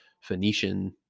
Phoenician